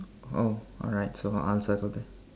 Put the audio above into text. oh alright so I'll circle that